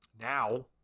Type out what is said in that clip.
Now